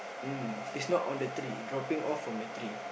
um is not on the tree dropping off from the tree